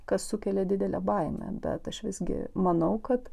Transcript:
kas sukelia didelę baimę bet aš visgi manau kad